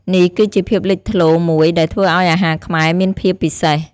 នេះគឺជាភាពលេចធ្លោមួយដែលធ្វើឲ្យអាហារខ្មែរមានភាពពិសេស។